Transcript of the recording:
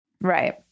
Right